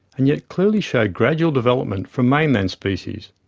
and yet clearly showed gradual development from mainland species.